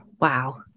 Wow